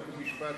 חוק ומשפט,